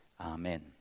Amen